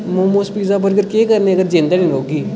momos pizza burger केह् करने अगर जिंद गै निं रौह्गी